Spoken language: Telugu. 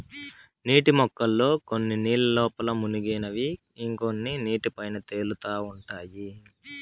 నీటి మొక్కల్లో కొన్ని నీళ్ళ లోపల మునిగినవి ఇంకొన్ని నీటి పైన తేలుతా ఉంటాయి